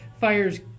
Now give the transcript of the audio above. fires